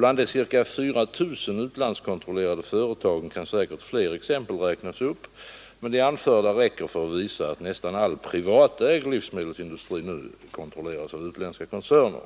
Bland de ca 4 000 utlandskontrollerade företagen kan säkert fler exempel räknas upp, men det anförda räcker för att visa att nästan all privatägd livsmedelsindustri nu kontrolleras av utländska koncerner.